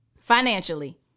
Financially